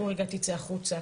ביקשו ממנו לצאת החוצה.